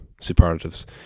superlatives